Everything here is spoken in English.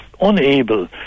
unable